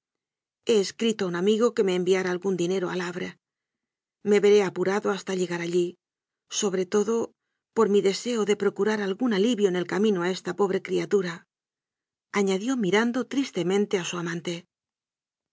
he escrito a un amigo que me enviara anon algún dinero al havre me veré apurado hasta llegar allí sobre todo por mi deseo de procurar algún alivio en el camino a esta pobre criatura añadió mirando tristemente a su amante